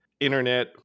internet